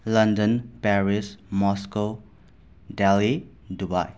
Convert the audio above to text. London Paris Moscow Delhi Dubai